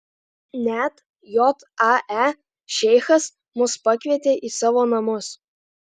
net jae šeichas mus pakvietė į savo namus